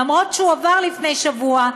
אף שהוא עבר לפני שבוע,